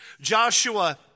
Joshua